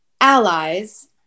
Allies